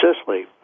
Sicily